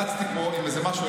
רצתי פה עם איזה משהו,